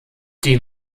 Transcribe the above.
die